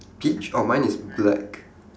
peach oh mine is black